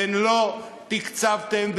ולא תקצבתם.